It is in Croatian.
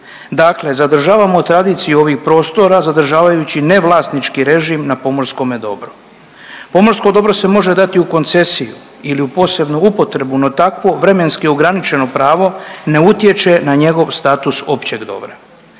Dakle, zadržavamo tradiciju ovih prostora zadržavajući ne vlasnički režim na pomorskome dobru. Pomorsko dobro se može dati u koncesiju ili u posebnu upotrebu, no takvo vremenski ograničeno pravo ne utječe na njegov status općeg dobra.